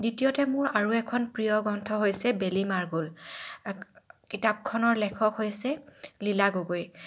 দ্বিতীয়তে মোৰ আৰু এখন প্ৰিয় গ্ৰন্থ হৈছে বেলি মাৰ গ'ল কিতাপখনৰ লেখক হৈছে লীলা গগৈ